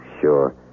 Sure